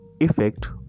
effect